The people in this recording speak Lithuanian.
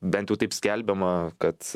bent jau taip skelbiama kad